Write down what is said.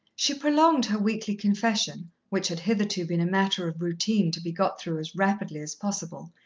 she prolonged her weekly confession, which had hitherto been a matter of routine to be got through as rapidly as possible,